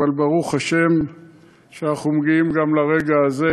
אבל ברוך השם שאנחנו מגיעים גם לרגע הזה,